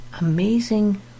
amazing